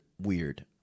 Weird